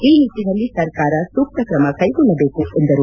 ಈ ನಿಟ್ಟನಲ್ಲಿ ಸರ್ಕಾರ ಸೂಕ್ತ ತ್ರಮ ಕೈಗೊಳ್ಳಬೇಕು ಎಂದರು